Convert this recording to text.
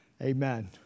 Amen